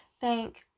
Thank